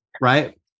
right